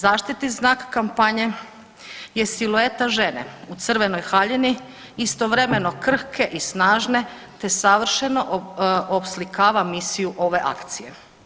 Zaštitni znak kampanje je silueta žene u crvenoj haljini istovremeno krhke i snažne, te savršeno opslikava misiju ove akcije.